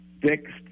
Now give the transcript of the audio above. fixed